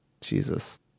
Jesus